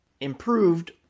improved